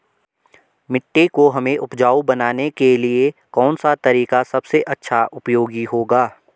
मिट्टी को हमें उपजाऊ बनाने के लिए कौन सा तरीका सबसे अच्छा उपयोगी होगा?